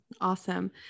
Awesome